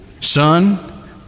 son